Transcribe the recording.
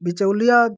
बिचौलिया